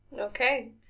Okay